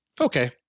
Okay